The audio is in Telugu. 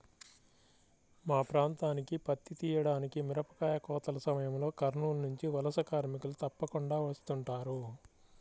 మా ప్రాంతానికి పత్తి తీయడానికి, మిరపకాయ కోతల సమయంలో కర్నూలు నుంచి వలస కార్మికులు తప్పకుండా వస్తుంటారు